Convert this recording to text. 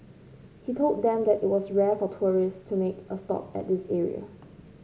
he told them that it was rare for tourists to make a stop at this area